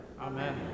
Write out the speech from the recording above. Amen